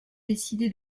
décidé